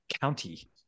county